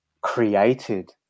created